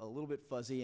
a little bit fuzzy